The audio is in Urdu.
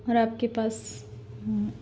اور آپ کے پاس